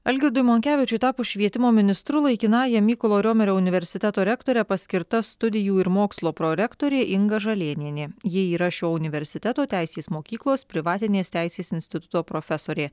algirdui monkevičiui tapus švietimo ministru laikinąja mykolo riomerio universiteto rektore paskirta studijų ir mokslo prorektorė inga žalėnienė ji yra šio universiteto teisės mokyklos privatinės teisės instituto profesorė